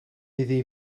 iddi